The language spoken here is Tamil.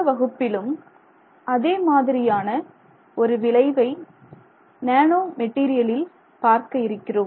இந்த வகுப்பிலும் அதே மாதிரியான ஒரு விளைவை நேனோ மெட்டீரியலில் பார்க்க இருக்கிறோம்